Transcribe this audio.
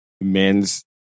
men's